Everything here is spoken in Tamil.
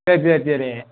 சரி சரி சரி